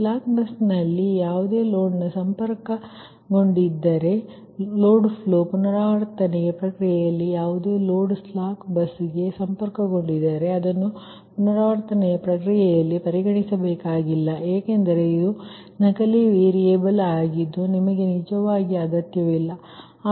slack ಬಸ್ನಲ್ಲಿ ಯಾವುದೇ load ಸಂಪರ್ಕಗೊಂಡಿದ್ದರೆ ಲೋಡ್ ಫ್ಲೋ ಪುನರಾವರ್ತನೆಯ ಪ್ರಕ್ರಿಯೆಯಲ್ಲಿ ಯಾವುದೇ ಲೋಡ್ ಸ್ಲಾಕ್ ಬಸ್ಗೆ ಸಂಪರ್ಕಗೊಂಡಿದ್ದರೆ ಅದನ್ನು ಪುನರಾವರ್ತನೆಯ ಪ್ರಕ್ರಿಯೆಯಲ್ಲಿ ಪರಿಗಣಿಸಬೇಕಾಗಿಲ್ಲ ಏಕೆಂದರೆ ಇದು ಕಲ್ಪಿತ ವೇರಿಯೇಬಲ್ ಆಗಿದ್ದು ನಿಮಗೆ ನಿಜವಾಗಿ ಅಗತ್ಯವಿಲ್ಲ